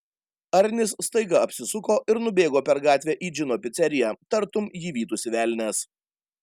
arnis staiga apsisuko ir nubėgo per gatvę į džino piceriją tartum jį vytųsi velnias